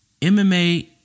MMA